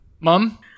Mom